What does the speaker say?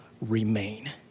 remain